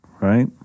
right